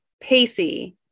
Pacey